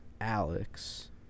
Alex